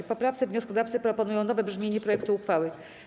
W poprawce wnioskodawcy proponują nowe brzmienie projektu uchwały.